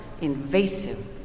invasive